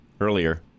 earlier